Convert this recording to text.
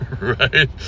Right